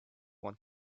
want